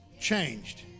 changed